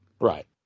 Right